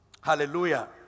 Hallelujah